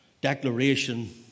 declaration